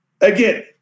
Again